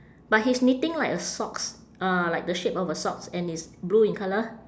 but he's knitting like a socks uh like the shape of a socks and it's blue in colour